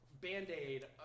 Band-Aid